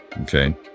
Okay